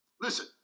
Listen